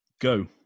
Go